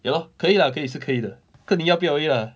ya lor 可以 lah 可以是可以的看你要不要而已 lah